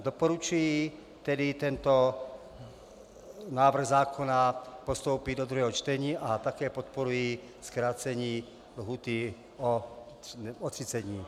Doporučuji tedy tento návrh zákona postoupit do druhého čtení a také podporuji zkrácení lhůty o 30 dnů.